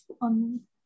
on